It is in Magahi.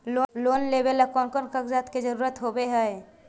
लोन लेबे ला कौन कौन कागजात के जरुरत होबे है?